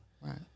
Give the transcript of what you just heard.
Right